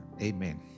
Amen